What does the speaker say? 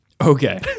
Okay